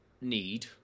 need